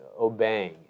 Obeying